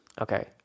Okay